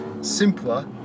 simpler